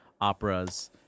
operas